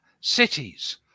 cities